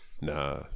nah